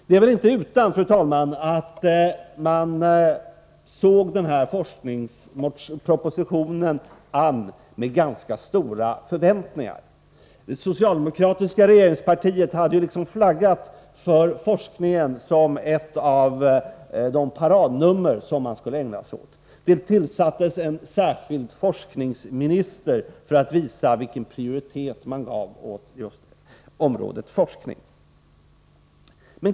Det är inte utan, fru talman, att man emotsåg den här forskningspropositionen med ganska stora förväntningar. Det socialdemokratiska regeringspartiet hade liksom flaggat för forskningen som ett av de paradnummer som man skulle ägna sig åt. Det tillsattes en särskild forskningsminister för att visa vilken prioritet som man gav åt just området forskning.